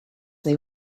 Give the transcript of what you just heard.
they